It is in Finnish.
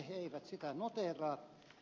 he eivät sitä noteeraa